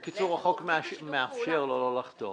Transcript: בקיצור, החוק מאפשר לו לא לחתום.